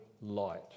light